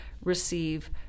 receive